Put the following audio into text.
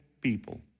people